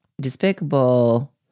despicable